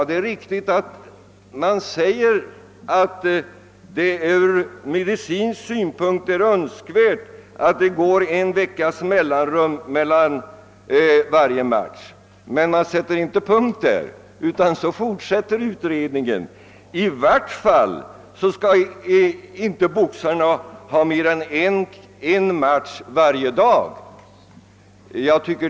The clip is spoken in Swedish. Det är riktigt att utredningen säger att det från medicinsk synpunkt är önskvärt att det går en vecka mellan varje match för en boxare, men den sätter inte punkt där utan fortsätter med att framhålla att boxarna i varje fall inte skall utkämpa mer än en match varje dag.